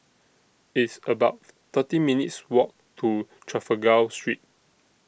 It's about thirteen minutes' Walk to Trafalgar Street